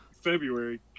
february